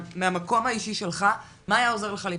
מהמקום האישי שלך, מה היה עוזר לך להיפתח?